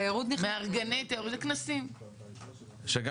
מארגני תיירות, זה כנסים.